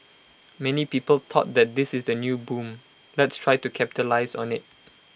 many people thought that this is the new boom let's try to capitalise on IT